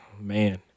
Man